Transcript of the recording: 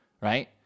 Right